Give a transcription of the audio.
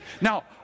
Now